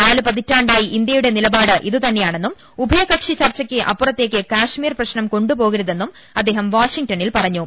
നാലു പതിറ്റാണ്ടായി ഇന്ത്യയുടെ നിലപാട് ഇതുതന്നെയാണെന്നും ഉഭയകക്ഷി ചർച്ചയ്ക്ക് അപ്പുറത്തേക്ക് കശ്മീർ പ്രശ്നം കൊണ്ടു പോകരു തെന്നും അദ്ദേഹം വാഷിംഗ്ടണിൽ പറഞ്ഞു